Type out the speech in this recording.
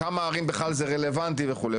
כמה ערים בכלל זה רלוונטי וכו',